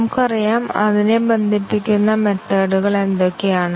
നമുക്കറിയാം അതിനെ ബന്ധിപ്പിക്കുന്ന മെത്തേഡ്കൾ എന്തൊക്കെയാണ്